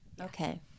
okay